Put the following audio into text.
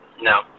No